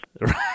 Right